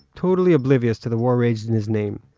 totally oblivious to the war raged in his name,